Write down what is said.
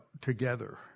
together